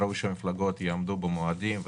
שהמפלגות יעמדו במועדים.